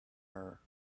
her